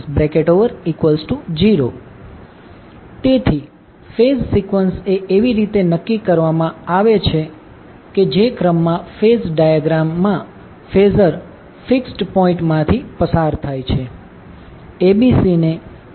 866 0 તેથી phase sequence એ એવી રીતે નક્કી કરવામાં આવે છે કે જે ક્રમમા ફેઝ ડાયાગ્રામ માં ફેઝર ફિક્સ્ડ પોઇન્ટ માંથી પસાર થાય છે